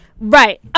right